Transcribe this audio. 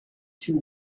two